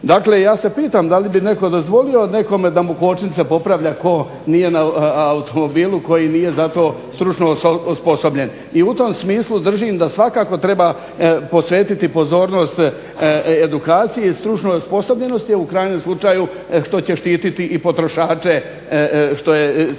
Dakle ja se pitam da li bi netko dozvolio nekome da mu kočnice popravlja tko nije, na automobilu, koji nije za to stručno osposobljen. I u tom smislu držim da svakako treba posvetiti pozornost edukaciji, stručnoj osposobljenosti, u krajnjem slučaju što će štititi i potrošače što je cilj